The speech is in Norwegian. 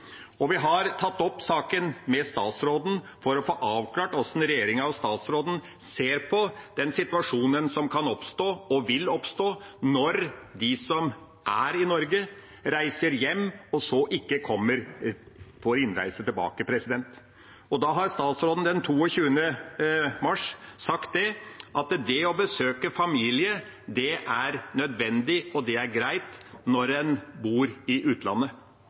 Vi har tatt opp saken med statsråden for å få avklart hvordan regjeringa og statsråden ser på den situasjonen som kan og vil oppstå når de som er i Norge, reiser hjem og ikke kommer på innreise tilbake. Da har statsråden den 22. mars sagt at det å besøke familie er nødvendig og greit når en bor i utlandet,